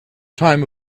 time